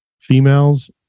females